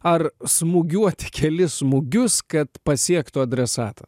ar smūgiuoti kelis smūgius kad pasiektų adresatą